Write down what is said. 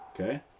Okay